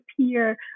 appear